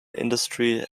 industry